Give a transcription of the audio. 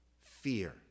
fear